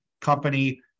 company